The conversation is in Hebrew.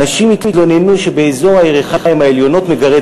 אנשים התלוננו שבאזור הירכיים העליונות מגרד